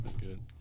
good